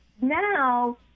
now